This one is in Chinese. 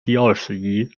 第二十一